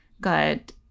good